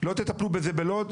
לא תטפלו בזה בלוד,